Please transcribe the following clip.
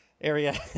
Area